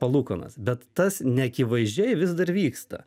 palūkanas bet tas neakivaizdžiai vis dar vyksta